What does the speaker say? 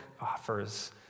offers